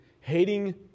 hating